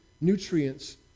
nutrients